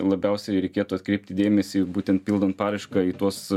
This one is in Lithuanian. labiausiai reikėtų atkreipti dėmesį būtent pildant paraišką į tuos